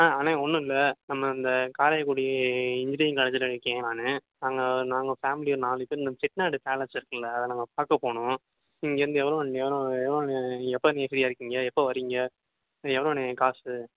ஆ அண்ணே ஒன்றும் இல்லை நம்ம இந்த காரைக்குடி இன்ஜினியரிங் காலேஜ்ஜில் நிற்கிறேன் நான் அங்கே நாங்கள் ஃபேமிலி ஒரு நாலு பேர் இந்த செட்டிநாடு பேலஸ் இருக்கில்ல அதை நாங்கள் பார்க்க போகணும் ம் இங்கிருந்து எவ்வளோ எவ்வளோ எவ்வளோண்ணே நீங்கள் எப்போ நீங்கள் ஃப்ரீயாக இருக்கீங்க எப்போ வர்றீங்க இது எவ்வளோண்ணே காசு